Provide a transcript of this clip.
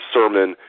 Sermon